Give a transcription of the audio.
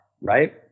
right